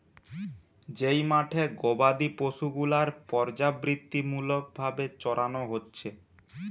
যেই মাঠে গোবাদি পশু গুলার পর্যাবৃত্তিমূলক ভাবে চরানো হচ্ছে